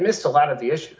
missed a lot of the issue